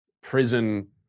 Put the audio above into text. prison